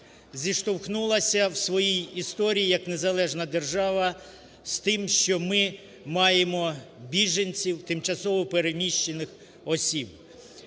зіштовхнулася в своїй історії, як незалежна держава, з тим, що ми маємо біженців, тимчасово переміщених осіб.